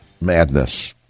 madness